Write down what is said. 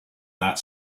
that